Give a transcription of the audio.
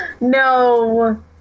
No